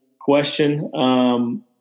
question